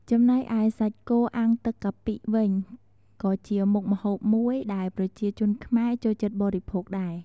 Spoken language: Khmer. ចំណែកឯសាច់គោអាំងទឹកកាពិវិញក៏ជាមុខម្ហូបមួយដែលប្រជាជនខ្មែរចូលចិត្តបរិភោគដែរ។